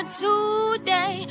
today